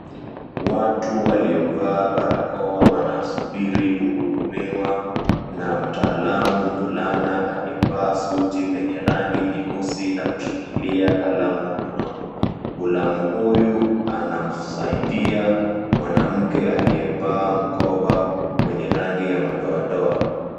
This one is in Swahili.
Watu waliovaa barakoa wanasubiri kuhudumiwa na mtaalamu mvulana aliyevaa suti lenye rangi nyeusi na kushikilia kalamu mkononi. Mgulamu huyu anamsaidia mwanamke aliyevaa mkoba wenye rangi ya madoadoa.